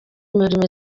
imirimo